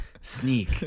sneak